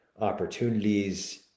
opportunities